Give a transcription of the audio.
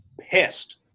pissed